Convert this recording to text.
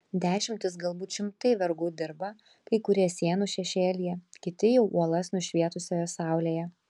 dešimtys galbūt šimtai vergų dirba kai kurie sienų šešėlyje kiti jau uolas nušvietusioje saulėje